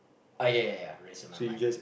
ah ya ya ya ya rest in my mind